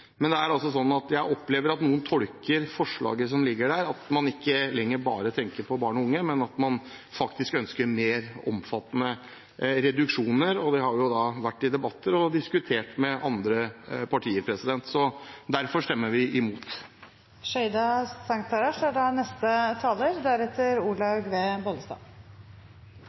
Men jeg opplever at noen tolker forslaget som ligger der, at man ikke lenger tenker bare på barn og unge, men man ønsker faktisk mer omfattende reduksjoner. Det har vi vært i debatter og diskutert med andre partier. Derfor stemmer vi imot. Jeg må nesten innrømme at jeg har vært og fortsatt er